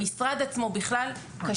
המשרד עצמו בכלל כשל.